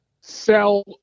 sell